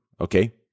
Okay